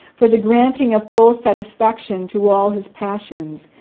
for the granting of full satisfaction to all his passions,